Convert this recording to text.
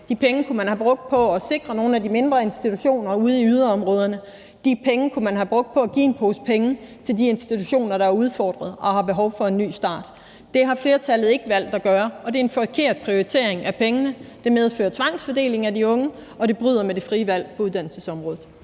De penge kunne man have brugt på at sikre nogle af de mindre institutioner ude i yderområderne. De penge kunne man have givet til de institutioner, der er udfordret og har behov for en ny start. Det har flertallet valgt ikke at gøre, og det er en forkert prioritering af pengene. Det medfører tvangsfordeling af de unge, og det bryder med det frie valg på uddannelsesområdet.